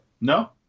No